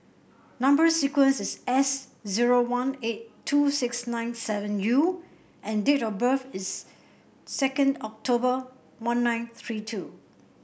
number sequence is S zero one eight two six nine seven U and date of birth is second October one nine three two